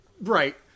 right